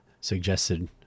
suggested